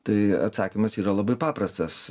tai atsakymas yra labai paprastas